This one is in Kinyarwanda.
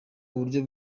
uburyo